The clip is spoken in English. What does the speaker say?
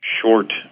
short